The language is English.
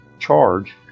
charge